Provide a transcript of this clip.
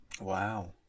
Wow